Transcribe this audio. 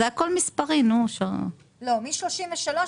מי נמנע?